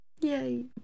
Yay